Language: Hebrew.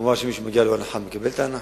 מובן שמי שמגיעה לו הנחה מקבל את ההנחה.